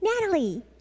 Natalie